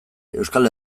euskal